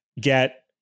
Get